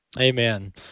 Amen